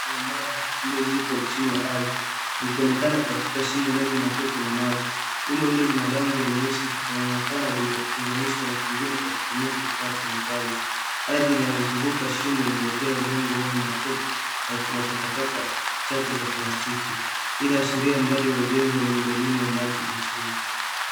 Kuna maji yaliyotuama chini ya daraja, yakionekana katikati ya eneo lenye matope na maji machafu. Bwawa hilo limeunganishwa na jingine kupitia kifaa cha mifereji. Daraja linaonekana likizunguka eneo lililojazwa udongo wenye matope, huku kukiwa na takataka chache za plastiki. Hali hii inaashiria mradi wa ujenzi wa miundombinu ya maji machafu.